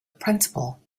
principle